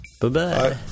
Bye-bye